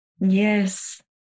Yes